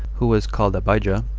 who was called abijah,